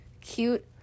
cute